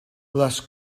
les